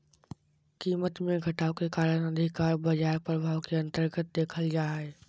कीमत मे घटाव के कारण अधिकतर बाजार प्रभाव के अन्तर्गत देखल जा हय